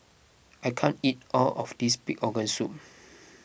I can't eat all of this Pig Organ Soup